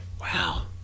Wow